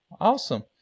awesome